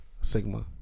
Sigma